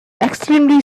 extremely